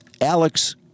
Alex